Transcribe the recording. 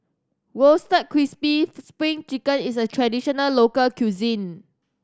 Roasted Crispy Spring Chicken is a traditional local cuisine